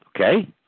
Okay